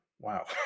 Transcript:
Wow